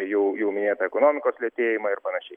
jau jau minėtą ekonomikos lėtėjimą ir panašiai